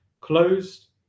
closed